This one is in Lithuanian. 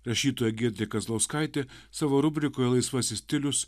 rašytoja giedrė kazlauskaitė savo rubrikoje laisvasis stilius